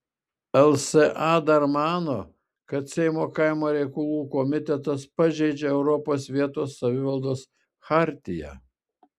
lsa dar mano kad seimo kaimo reikalų komitetas pažeidžia europos vietos savivaldos chartiją